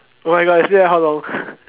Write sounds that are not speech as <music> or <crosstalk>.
oh my god yesterday how long <noise>